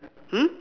hmm